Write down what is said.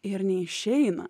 ir neišeina